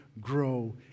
grow